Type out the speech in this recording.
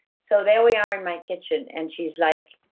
so there we are in my kitchen, and she's like,